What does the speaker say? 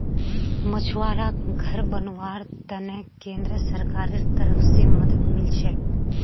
मछुवाराक घर बनव्वार त न केंद्र सरकारेर तरफ स मदद मिल छेक